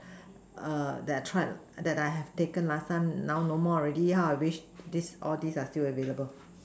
that I tried that I have taken last time no more already how I wish all this all these are still available